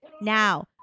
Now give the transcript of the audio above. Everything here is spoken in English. now